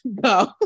go